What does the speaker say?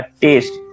taste